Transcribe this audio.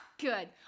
Good